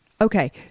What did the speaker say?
Okay